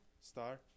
Star